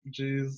Jeez